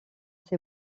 ces